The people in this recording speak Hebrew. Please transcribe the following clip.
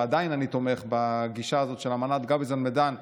ועדיין אני תומך בגישה הזאת של אמנת גביזון-מדן,